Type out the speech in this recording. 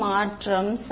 மாணவர்x